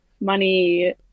money